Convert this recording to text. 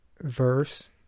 verse